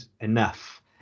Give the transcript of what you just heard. enough